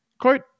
Quote